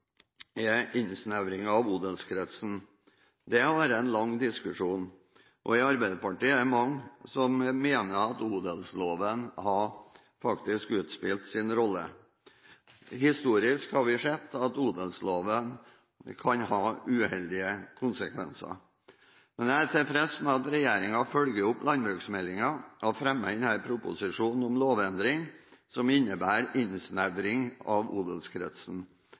innsnevringen av odelskretsen. Det har vært en lang diskusjon. I Arbeiderpartiet er det mange som mener at odelsloven faktisk har utspilt sin rolle. Historisk har vi sett at odelsloven kan ha uheldige konsekvenser. Men jeg er tilfreds med at regjeringen følger opp landbruksmeldingen og fremmer denne proposisjonen om lovendring som innebærer innsnevring av odelskretsen.